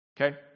Okay